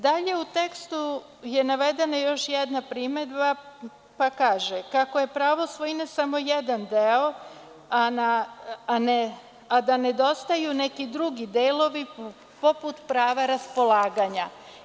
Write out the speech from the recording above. Dalje, u tekstu je navedena još jedna primedba, pa kaže – kako je pravo svojine samo jedan deo, a da nedostaju neki drugi delovi poput prava raspolaganja.